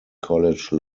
college